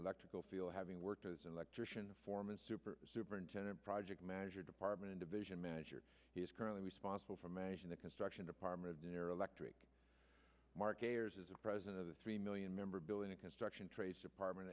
electrical field having worked as an electrician a foreman super superintendent project manager department in division manager he is currently responsible for managing the construction department of their electric mark ayers is a president of the three million member building and construction trades department